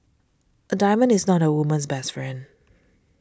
a diamond is not a woman's best friend